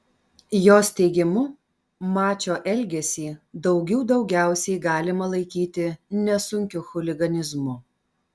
jos teigimu mačio elgesį daugių daugiausiai galima laikyti nesunkiu chuliganizmu